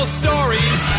stories